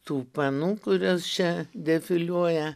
tų panų kurios čia defiliuoja